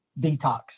detox